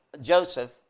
Joseph